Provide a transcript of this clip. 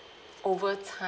over time